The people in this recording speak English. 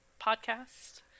podcast